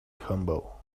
humble